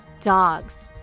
dogs